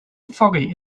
foggy